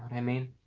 i mean